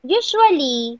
usually